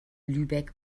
lübeck